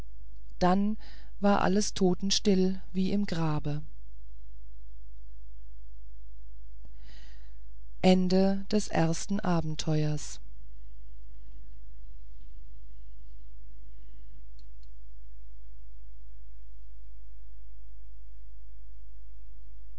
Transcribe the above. dann war alles totenstill wie im grabe zweites abenteuer